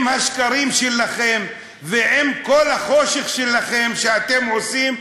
עם השקרים שלכם ועם כל החושך שלכם, שאתם עושים,